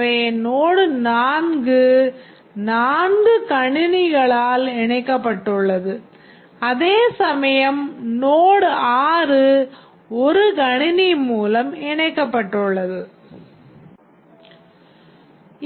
எனவே Node4 நான்கு கணினிகளால் இணைக்கப்பட்டுள்ளது அதே நேரத்தில் Node6 ஒரு கணினி மூலம் இணைக்கப்பட்டுள்ளது